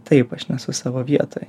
taip aš nesu savo vietoj